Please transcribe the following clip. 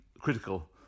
critical